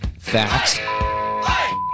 facts